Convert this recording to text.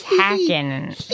hacking